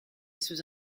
sous